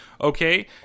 okay